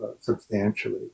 substantially